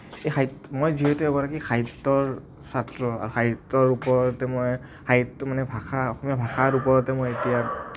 এই মই যিহেতু এগৰাকী সাহিত্যৰ ছাত্ৰ আৰু সাহিত্যৰ ওপৰতে মই সাহিত্য় মানে ভাষা অসমীয়া ভাষাৰ ওপৰতে মই এতিয়া